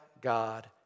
God